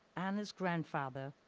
anna's grandfather,